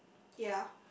ya